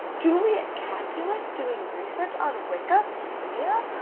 juliet capulet, doing research on wikipedia?